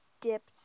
dipped